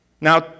Now